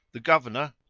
the governor,